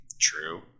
True